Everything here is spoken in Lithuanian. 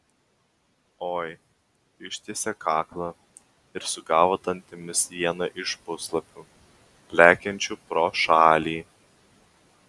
oi ištiesė kaklą ir sugavo dantimis vieną iš puslapių lekiančių pro šalį